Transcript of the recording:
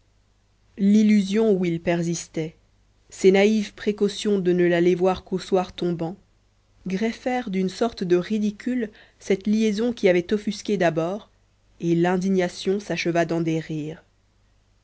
l'illusion où il persistait ses naïves précautions de ne l'aller voir qu'au soir tombant greffèrent d'une sorte de ridicule cette liaison qui avait offusqué d'abord et l'indignation s'acheva dans des rires